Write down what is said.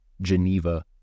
Geneva